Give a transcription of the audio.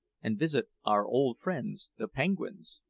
and visit our old friends the penguins.